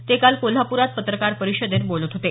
ते काल कोल्हापुरात पत्रकार परिषदेत बोलत होते